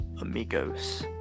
amigos